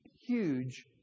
huge